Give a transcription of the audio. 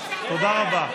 תודה רבה.